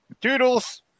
Doodles